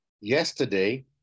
Yesterday